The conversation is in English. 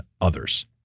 others